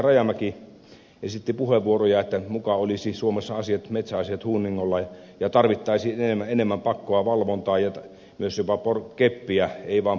rajamäki esitti puheenvuoron että suomessa olisivat muka metsäasiat hunningolla ja tarvittaisiin enemmän pakkoa valvontaa ja myös jopa keppiä eikä vain porkkanaa